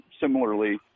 similarly